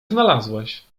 znalazłeś